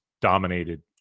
dominated